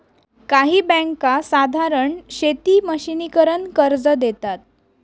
काही बँका साधारण शेती मशिनीकरन कर्ज देतात